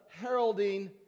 heralding